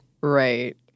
Right